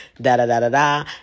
Da-da-da-da-da